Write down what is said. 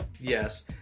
yes